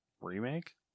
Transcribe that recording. Remake